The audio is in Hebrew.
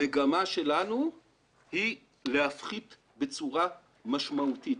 המגמה שלנו היא להפחית בצורה משמעותית.